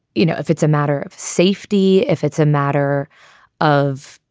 you know, if it's a matter of safety, if it's a matter of,